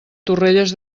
torrelles